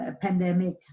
pandemic